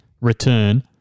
return